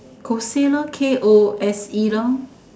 Kose lor K O S E lor